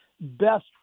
best